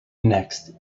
next